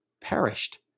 perished